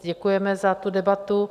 Děkujeme za tu debatu.